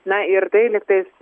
na ir tai lyg tais